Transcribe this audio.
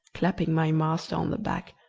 clapping my master on the back,